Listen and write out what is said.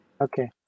Okay